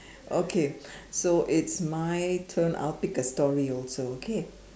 okay so it's my turn I'll pick a story also okay